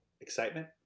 excitement